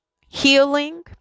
healing